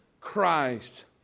Christ